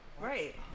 Right